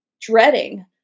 dreading